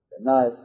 Nice